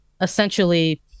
essentially